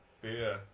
Beer